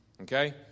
Okay